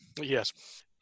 Yes